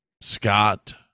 Scott